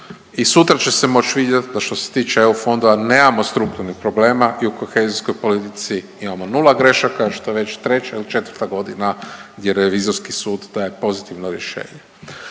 i sutra će se moći vidjeti da što se tiče EU fondova nemamo strukturnih problema i u kohezijskoj politici imamo 0 grešaka, što je već 3. ili 4. godina gdje Revizorski sud daje pozitivno rješenje.